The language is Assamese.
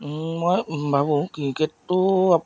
মই ভাবোঁ ক্ৰিকেটটো